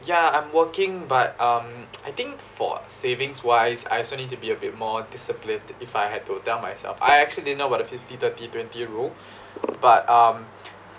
yeah I'm working but um I think for savings wise I also need to be a bit more disciplined if I had to tell myself I actually didn't know what a fifty thirty twenty rule but um